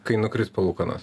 kai nukris palūkanos